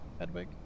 Edwig